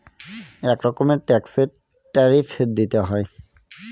এক রকমের ট্যাক্সে ট্যারিফ দিতে হয়